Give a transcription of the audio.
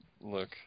look